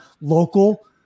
local